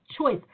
choice